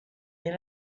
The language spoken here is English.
need